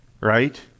Right